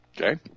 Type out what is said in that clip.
okay